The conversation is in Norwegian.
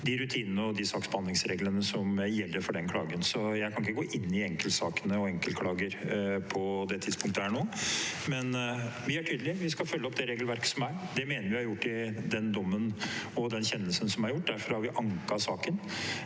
med rutinene og saksbehandlingsreglene som gjelder for den klagen. Jeg kan ikke gå inn i enkeltsakene og hver enkel klage på dette tidspunkt, men vi er tydelige: Vi skal følge opp regelverket vi har. Det mener vi er gjort i den dommen og den kjennelsen som er avgitt. Derfor har vi anket saken,